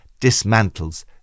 dismantles